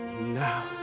now